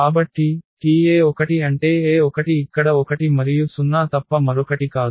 కాబట్టి Te1 అంటే e1 ఇక్కడ 1 మరియు 0 తప్ప మరొకటి కాదు